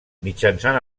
mitjançant